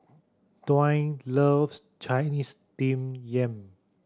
Dwaine loves Chinese Steamed Yam